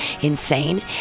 insane